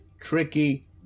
tricky